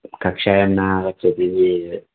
कक्षायां न आगच्छतु